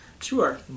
Sure